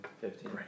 Fifteen